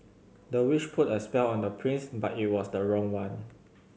the witch put a spell on the prince but it was the wrong one